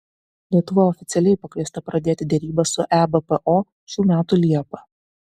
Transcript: lietuva oficialiai pakviesta pradėti derybas su ebpo šių metų liepą